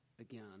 again